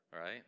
right